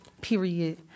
Period